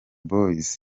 boyz